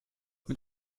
mit